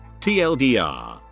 TLDR